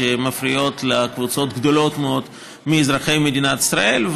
שמפריעות לקבוצות גדולות מאוד מאזרחי מדינת ישראל.